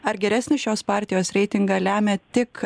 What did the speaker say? ar geresnį šios partijos reitingą lemia tik